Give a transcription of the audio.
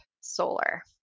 solar